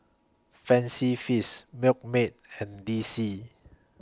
Fancy Feast Milkmaid and D C